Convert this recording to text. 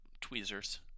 tweezers